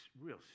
real